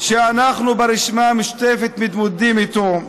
שאנחנו ברשימה המשותפת מתמודדים איתו.